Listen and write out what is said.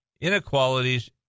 inequalities